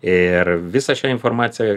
ir visą šią informaciją